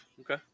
Okay